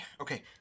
Okay